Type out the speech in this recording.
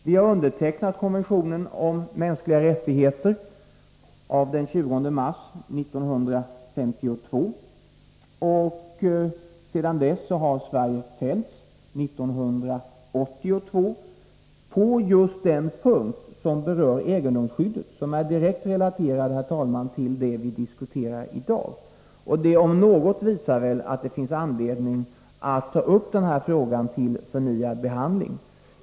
Vi har undertecknat konventionen om mänskliga rättigheter av den 20 mars 1952, och sedan dess har Sverige år 1982 fällts på just den punkt som berör egendomsskyddet och som alltså är direkt relaterad till det vi diskuterar i dag. Detta om något visar väl att det finns anledning att ta upp frågan till förnyad behandling.